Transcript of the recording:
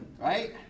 right